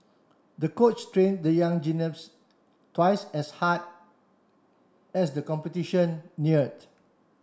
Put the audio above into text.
the coach trained the young gymnast twice as hard as the competition neared